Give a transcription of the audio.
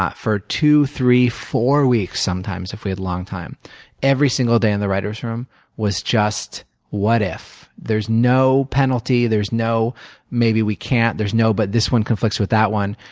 ah for two, three, four weeks sometimes, if we had a long time every single day in the writer's room was just what if. there's no penalty, there's no maybe we can't, there's no, but this one conflicts with that one.